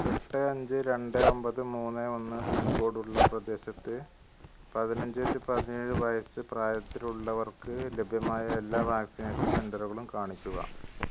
എട്ട് അഞ്ച് രണ്ട് ഒമ്പത് മൂന്ന് ഒന്ന് പിൻ കോഡുള്ള പ്രദേശത്ത് പതിനഞ്ച് റ്റു പതിനേഴ് വയസ്സ് പ്രായത്തിലുള്ളവർക്ക് ലഭ്യമായ എല്ലാ വാക്സിനേഷൻ സെൻ്ററുകളും കാണിക്കുക